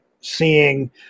seeing